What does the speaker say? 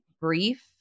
brief